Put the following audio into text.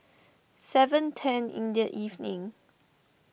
seven ten in the evening